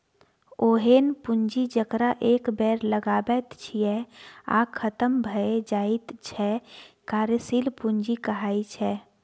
ओहेन पुंजी जकरा एक बेर लगाबैत छियै आ खतम भए जाइत छै कार्यशील पूंजी कहाइ छै